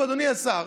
אדוני השר,